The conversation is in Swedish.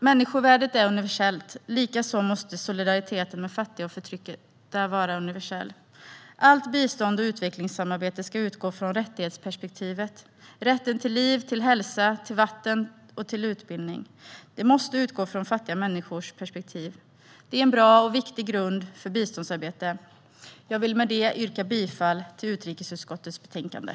Människovärdet är universellt, likaså måste solidariteten med fattiga och förtryckta vara universell. Allt bistånd och utvecklingssamarbete ska utgå från rättighetsperspektivet, rätten till liv, till hälsa, till vatten och till utbildning. Det måste utgå från fattiga människors perspektiv. Det är en viktig och bra grund för biståndsarbete. Jag vill med det yrka bifall till utrikesutskottets förslag i betänkandet.